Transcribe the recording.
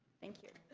thank you.